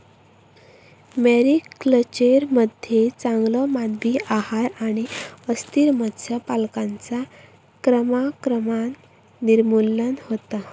मरीकल्चरमध्ये चांगलो मानवी आहार आणि अस्थिर मत्स्य पालनाचा क्रमाक्रमान निर्मूलन होता